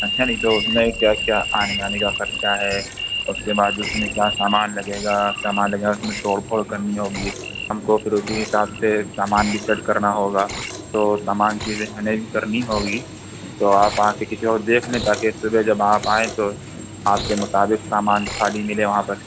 اچھا نہیں تو میں کیا کیا آنے جانے کا خرچہ ہے اس کے بعد اس میں کیا سامان لگے گا سامان لگے گا اس میں توڑ پھوڑ کرنی ہوگی آپ کو پھر اسی حساب سے سامان بھی سرچ کرنا ہوگا تو سامان چیزیں ارینج کرنی ہوگی تو آپ آ کے کسی وقت دیکھ لیں تاکہ ایک دفعہ جب آئیں تو آپ کے مطابق سامان خالی ملے وہاں پر